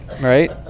Right